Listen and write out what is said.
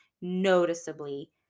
noticeably